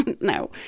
no